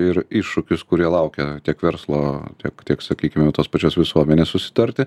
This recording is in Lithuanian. ir iššūkius kurie laukia tiek verslo tiek tiek sakykime tos pačios visuomenės susitarti